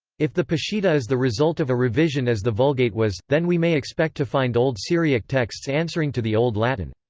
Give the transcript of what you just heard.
if the peshitta is the result of a revision as the vulgate was, then we may expect to find old syriac texts answering to the old latin.